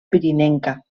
pirinenca